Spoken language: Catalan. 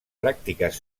pràctiques